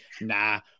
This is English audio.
nah